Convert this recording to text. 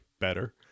better